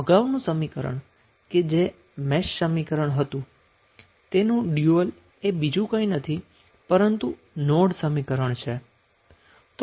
અગાઉનું સમીકરણ કે જે મેશ સમીકરણ હતું તેનું ડયુઅલ એ બીજું કઈ નથી પરંતુ નોડ સમીકરણ છે